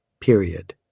period